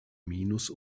minus